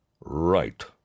Right